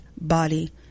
body